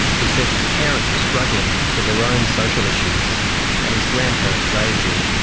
he says his parents were struggling with their own social issues and his grandparents raised him.